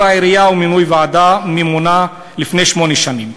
העירייה ומינוי ועדה ממונה לפני שמונה שנים.